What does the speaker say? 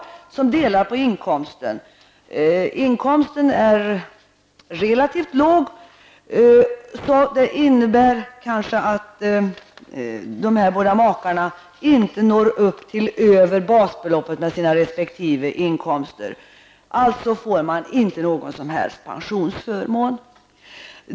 Båda makarna delar på inkomsten, och denna är relativt låg. De här makarna når kanske inte upp till en nivå över basbeloppet med sina resp. inkomster. Man får alltså inte någon som helst pensionsförmån.